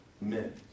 men